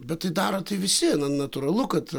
bet tai daro tai visi natūralu kad